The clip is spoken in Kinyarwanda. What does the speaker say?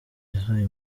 yahaye